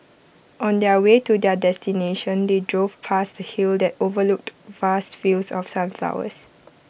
on the way to their destination they drove past A hill that overlooked vast fields of sunflowers